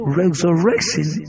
resurrection